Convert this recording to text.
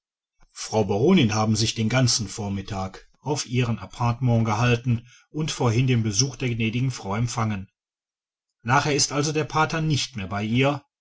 frau baronin haben sich den ganzen vormittag auf ihren appartements gehalten und vorhin den besuch der gnädigen frau empfangen nachher ist also der pater nicht mehr bei ihr